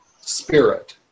spirit